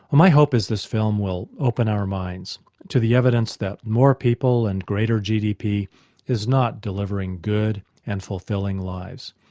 my hope is this film will open our minds to the evidence that more people and greater gdp is not delivering good and fulfilling lives,